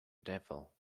devil